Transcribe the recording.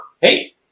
hey